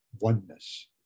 oneness